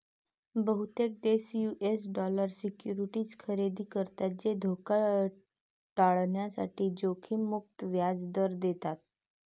बहुतेक देश US dollar securities खरेदी करतात जे धोका टाळण्यासाठी जोखीम मुक्त व्याज दर देतात